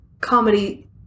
comedy